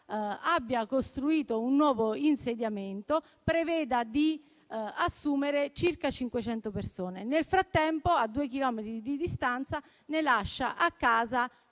abbia costruito un nuovo insediamento, prevedendo di assumere circa 500 persone. Nel frattempo, a 2 chilometri di distanza, ne lascia a casa